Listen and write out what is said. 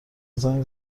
زنگ